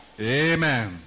Amen